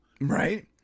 Right